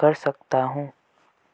कर सकता हूँ?